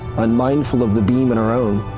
unmindful of the beam in our own,